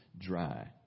dry